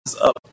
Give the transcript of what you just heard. up